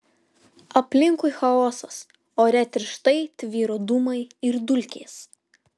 aplinkui chaosas ore tirštai tvyro dūmai ir dulkės